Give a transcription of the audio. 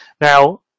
Now